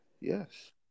Yes